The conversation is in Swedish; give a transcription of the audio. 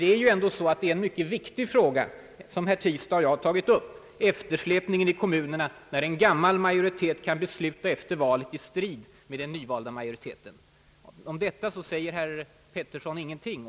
Det är ändå en mycket viktig fråga som herr Tistad och jag har tagit upp: eftersläpningen i kommunerna när en gammal majoritet kan besluta efter valet i strid med den nyvalda majoriteten. Om detta säger herr Pettersson ingenting.